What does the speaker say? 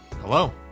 Hello